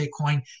Bitcoin